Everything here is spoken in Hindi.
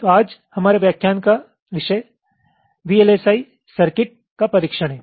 तो आज हमारे व्याख्यान का विषय वीएलएसआई सर्किट का परीक्षण है